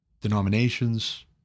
denominations